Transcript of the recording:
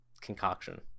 concoction